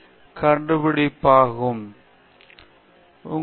உங்களுக்கு நெகிழ்வுத்தன்மை உள்ளது அங்கு நீங்கள் அச்சு புள்ளியை கண்டுபிடிக்க வேண்டும்